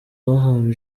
bahawe